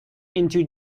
into